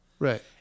Right